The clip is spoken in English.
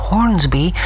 Hornsby